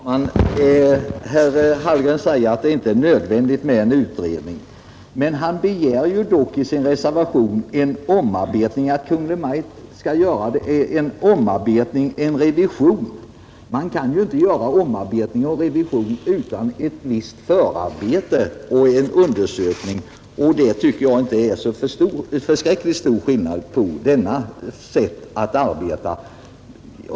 Fru talman! Herr Hallgren sade att det inte är nödvändigt med en utredning. Han begär dock i sin reservation att Kungl. Maj:t skall omarbeta och revidera lagar. Och man kan ju inte göra omarbetningar och revisioner utan ett visst förarbete och utan undersökning. Jag tycker inte att det kan bli så förskräckligt stor skillnad i fråga om sättet att arbeta.